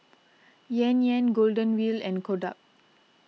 Yan Yan Golden Wheel and Kodak